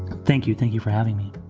thank you. thank you for having me.